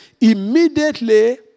Immediately